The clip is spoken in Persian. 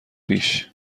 پیش